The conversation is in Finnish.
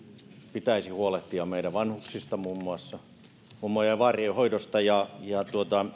pitäisi muun muassa huolehtia meidän vanhuksistamme mummojen ja vaarien hoidosta ja ja